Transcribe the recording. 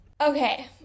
okay